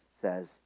says